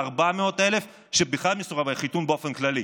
ו-400,000 הם מסורבי חיתון באופן כללי.